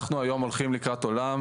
אנחנו היום הולכים לקראת עולם,